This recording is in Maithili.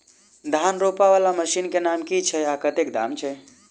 धान रोपा वला मशीन केँ नाम की छैय आ कतेक दाम छैय?